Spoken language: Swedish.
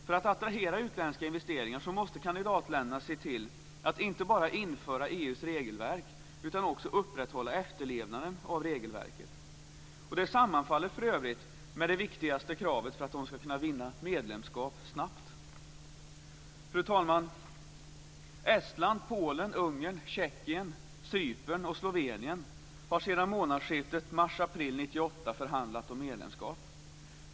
För att attrahera utländska investeringar så måste kandidatländerna se till att inte bara införa EU:s regelverk utan också upprätthålla efterlevnaden av regelverket. Och det sammanfaller för övrigt med det viktigaste kravet för att de ska kunna vinna medlemskap snabbt. Fru talman! Estland, Polen, Ungern, Tjeckien, Cypern och Slovenien har sedan månadsskiftet mars/april 1998 förhandlat om medlemskap.